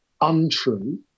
untrue